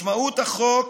משמעות החוק